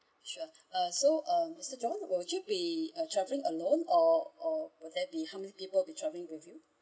sure uh so uh mister john would you be traveling alone or or will there be how many people travelling with you